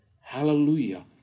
Hallelujah